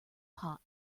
pot